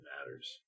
matters